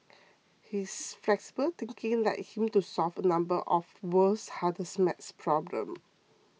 his flexible thinking led him to solve a number of world's hardest math problems